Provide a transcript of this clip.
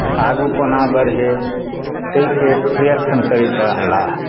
आगू कोना बढ़य ताहिके प्रयत्न करैत रहलाह